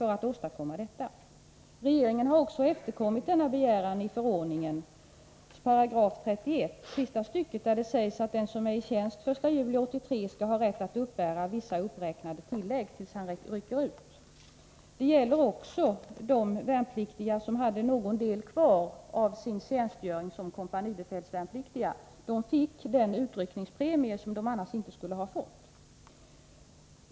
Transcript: Regeringen har efterkommit denna begäran. I sista stycket av 31§ i förordningen sägs nämligen att den som är i tjänst den 1 juli 1983 skall ha rätt att uppbära vissa uppräknade tillägg fram till dess att han rycker ut. Det gäller också de värnpliktiga som hade någon del kvar av sin tjänstgöring som kompanibefälsvärnpliktiga. De fick den utryckningspremie som de tidigare skulle ha fått.